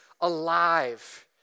alive